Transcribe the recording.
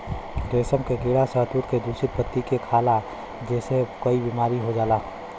रेशम के कीड़ा शहतूत के दूषित पत्ती के खाला जेसे कई बीमारी हो जाला